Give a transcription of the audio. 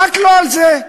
רק לא על זה.